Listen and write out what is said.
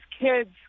kids